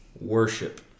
worship